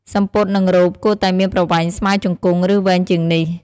សំពត់ និង រ៉ូបគួរតែមានប្រវែងស្មើជង្គង់ ឬ វែងជាងនេះ។